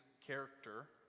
character